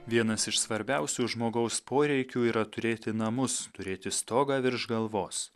vienas iš svarbiausių žmogaus poreikių yra turėti namus turėti stogą virš galvos